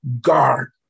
guard